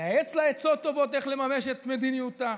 לייעץ לה עצות טובות איך לממש את מדיניותה.